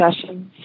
sessions